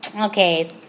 Okay